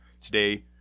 Today